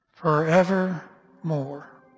forevermore